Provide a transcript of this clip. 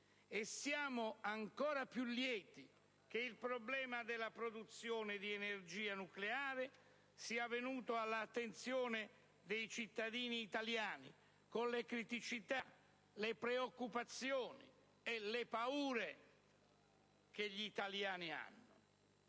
e siamo ancora più lieti che il problema della produzione di energia nucleare sia posto all'attenzione dei cittadini italiani con le criticità, le preoccupazioni e le paure che gli italiani hanno.